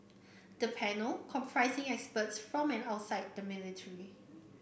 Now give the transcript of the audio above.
the panel comprising experts from and outside the military